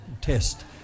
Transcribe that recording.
test